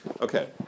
Okay